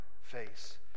face